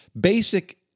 basic